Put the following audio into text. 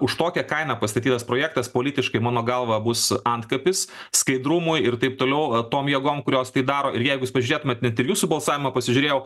už tokią kainą pastatytas projektas politiškai mano galva bus antkapis skaidrumui ir taip toliau tom jėgom kurios tai daro ir jeigu pažiūrėtumėt net ir jūsų balsavimą pasižiūrėjau